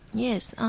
yes.